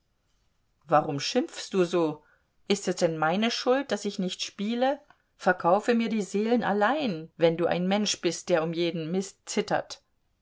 warum schimpfst du so ist es denn meine schuld daß ich nicht spiele verkaufe mir die seelen allein wenn du ein mensch bist der um jeden mist zittert